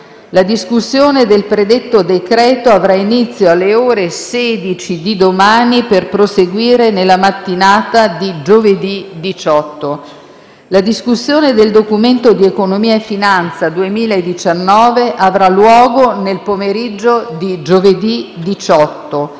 La discussione del predetto decreto-legge avrà inizio alle ore 16 di domani per proseguire nella mattinata di giovedì 18. La discussione del Documento di economia e finanza 2019 avrà luogo nel pomeriggio di giovedì 18